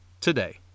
today